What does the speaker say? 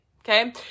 okay